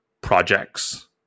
projects